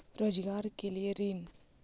रोजगार के लिए ऋण?